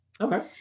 Okay